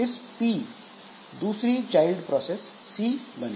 इस P से दूसरी चाइल्ड प्रोसेस C बनी